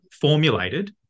formulated